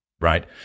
right